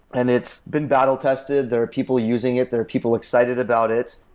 and it's been battle tested. there are people using it. there are people excited about it.